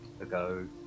ago